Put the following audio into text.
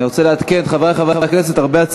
אנחנו עוברים להצעת חוק הבאה,